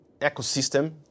ecosystem